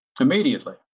immediately